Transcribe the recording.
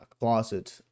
closet